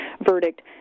verdict